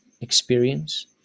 experience